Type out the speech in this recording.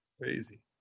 Crazy